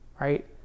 right